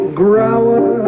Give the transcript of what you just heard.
grower